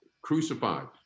crucified